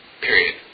period